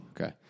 Okay